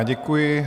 Děkuji.